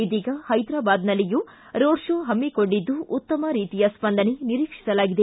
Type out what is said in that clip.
ಇದೀಗ ಹೈದರಾಬಾದ್ನಲ್ಲಿಯೂ road show ಹಮ್ಮಿಕೊಂಡಿದ್ದು ಉತ್ತಮ ರೀತಿಯ ಸ್ವಂದನೆ ನಿರೀಕ್ಷಿಸಲಾಗಿದೆ